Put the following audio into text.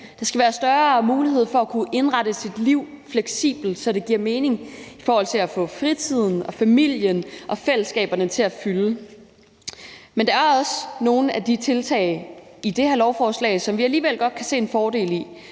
Der skal være større mulighed for at kunne indrette sit liv fleksibelt, så det giver mening i forhold til at få fritiden, familien og fællesskaberne til at fylde. Men der er alligevel også nogle af tiltagene i det her lovforslag, som vi godt kan se en fordel i,